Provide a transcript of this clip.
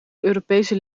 europese